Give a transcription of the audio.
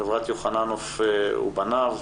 חברת יוחננוף ובניו,